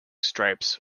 stripes